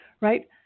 right